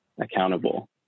accountable